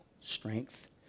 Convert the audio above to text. strength